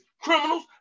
Criminals